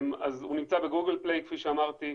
אז הוא נמצא ב-Google play כמו שאמרתי,